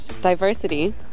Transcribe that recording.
diversity